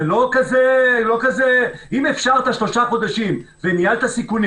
אם אפשר את השלושה חודשים וניהלת סיכונים